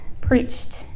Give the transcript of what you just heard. preached